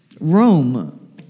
Rome